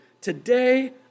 Today